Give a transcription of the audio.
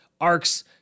arcs